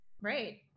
Right